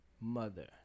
mother